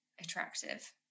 attractive